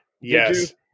Yes